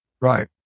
Right